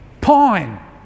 pine